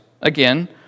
again